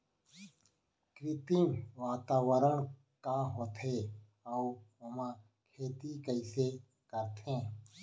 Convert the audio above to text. कृत्रिम वातावरण का होथे, अऊ ओमा खेती कइसे करथे?